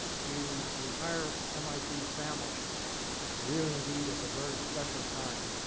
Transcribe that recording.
to the entire mit family. it really indeed is a very special time.